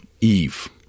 Eve